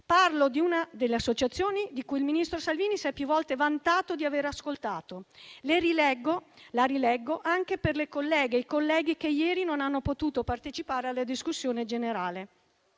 Parlo di una delle associazioni che il ministro Salvini si è più volte vantato di aver ascoltato. Rileggo, anche per le colleghe e i colleghi che ieri non hanno potuto partecipare alla discussione generale,